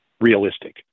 realistic